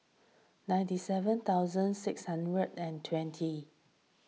ninety seven thousand six hundred and twenty